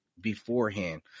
beforehand